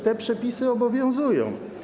Te przepisy obowiązują.